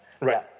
Right